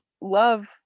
love